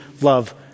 love